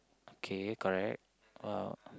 okay correct !wow!